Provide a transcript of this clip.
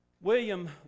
William